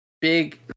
big